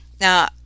now